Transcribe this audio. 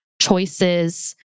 choices